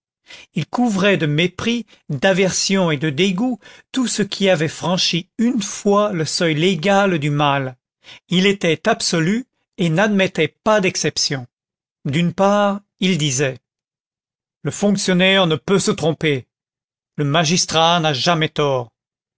il couvrait de mépris d'aversion et de dégoût tout ce qui avait franchi une fois le seuil légal du mal il était absolu et n'admettait pas d'exceptions d'une part il disait le fonctionnaire ne peut se tromper le magistrat n'a jamais tort